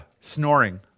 snoring